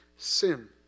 sin